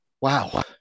wow